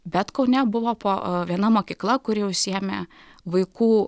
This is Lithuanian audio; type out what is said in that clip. bet kaune buvo po viena mokykla kuri užsiėmė vaikų